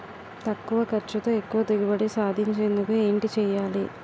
తక్కువ ఖర్చుతో ఎక్కువ దిగుబడి సాధించేందుకు ఏంటి చేయాలి?